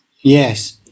Yes